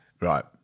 Right